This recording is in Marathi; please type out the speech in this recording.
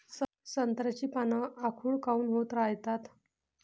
संत्र्याची पान आखूड काऊन होत रायतात?